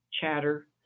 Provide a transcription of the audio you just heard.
chatter